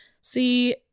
See